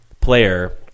player